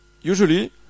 Usually